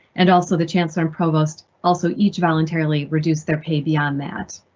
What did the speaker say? and also the chancellor and provost also each voluntarily reduced their pay beyond that.